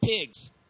pigs